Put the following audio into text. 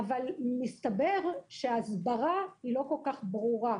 אבל מסתבר שההסדרה לא כל כך ברורה.